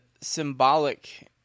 symbolic